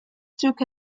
took